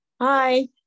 Hi